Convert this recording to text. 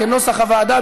כנוסח הוועדה,